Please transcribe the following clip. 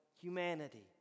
Humanity